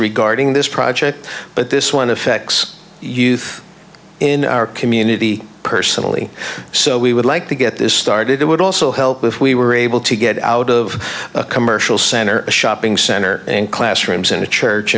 regarding this project but this one affects youth in our community personally so we would like to get this started it would also help if we were able to get out of a commercial center a shopping center and classrooms and a church